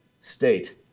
state